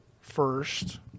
first